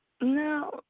No